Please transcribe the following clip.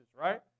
right